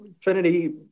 Trinity